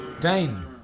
Dane